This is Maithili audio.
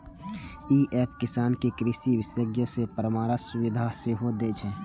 ई एप किसान कें कृषि विशेषज्ञ सं परामर्शक सुविधा सेहो दै छै